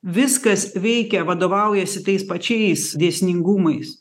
viskas veikia vadovaujasi tais pačiais dėsningumais